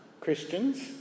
Christians